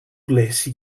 bliss